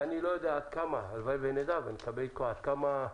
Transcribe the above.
ואני לא יודע עד כמה הלוואי ונדע עד כמה,